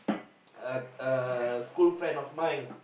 a a school friend of mine